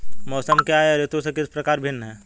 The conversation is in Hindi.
मौसम क्या है यह ऋतु से किस प्रकार भिन्न है?